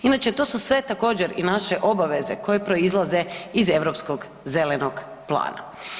Inače, to su sve također i naše obaveze koje proizlaze iz Europskog zelenog plana.